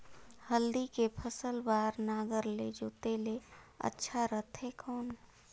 हल्दी के फसल बार नागर ले जोते ले अच्छा रथे कौन?